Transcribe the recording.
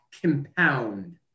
compound